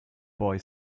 boy